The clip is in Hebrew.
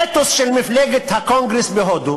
האתוס של מפלגת הקונגרס בהודו